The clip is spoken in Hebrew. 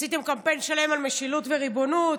עשיתם קמפיין שלם על משילות וריבונות,